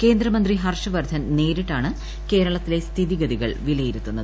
കേന്ദ്രമന്ത്രി ഹർഷ് വർധൻ നേരിട്ടാണ് കേരളത്തിലെ സ്ഥിതിഗതികൾ വിലയിരുത്തുന്നത്